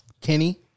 Kenny